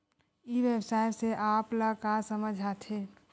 ई व्यवसाय से आप ल का समझ आथे?